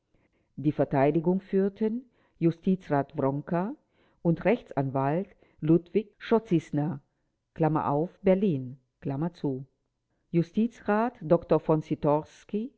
die verteidigung führten justizrat wronker und rechtsanwalt ludwig chodziesner berlin justizrat dr